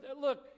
look